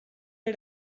had